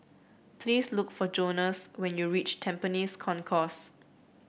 please look for Jonas when you reach Tampines Concourse